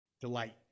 Delight